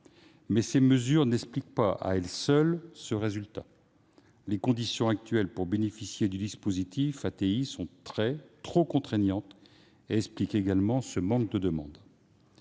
ces mesures n'expliquent pas, à elles seules, ce résultat. Les conditions actuelles pour bénéficier du dispositif d'ATI sont très, voire trop, contraignantes et contribuent également à expliquer cette